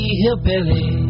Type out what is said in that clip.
hillbilly